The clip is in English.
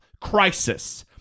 crisis